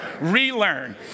relearn